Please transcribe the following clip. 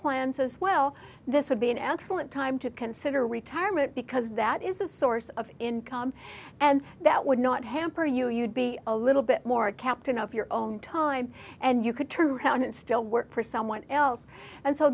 plans as well this would be an excellent time to consider retirement because that is a source of income and that would not hamper you you'd be a little bit more captain of your own time and you could turn around and still work for someone else and so